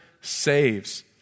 saves